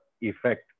effect